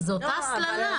זה אותה הסללה.